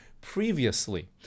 previously